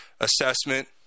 assessment